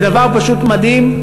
זה דבר פשוט מדהים,